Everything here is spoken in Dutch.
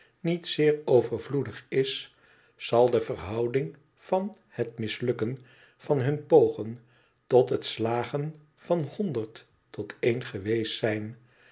niet zeer overvloedig is zal de verhouding van het mislukken van hun pogen tot het slagen van honderd tot één geweest zijn